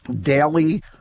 daily